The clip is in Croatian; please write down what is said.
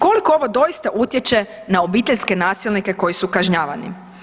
Koliko ovo doista utječe na obiteljske nasilnike koji su kažnjavani?